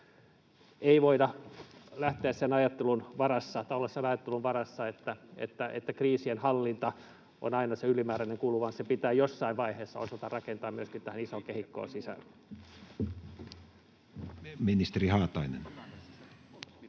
ei voida olla sen ajattelun varassa, että kriisien hallinta on aina se ylimääräinen kulu, vaan se pitää jossain vaiheessa osata rakentaa myöskin tähän isoon kehikkoon sisälle. Ministeri Haatainen.